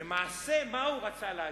למעשה, מה הוא רצה להגיד?